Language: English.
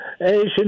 Asian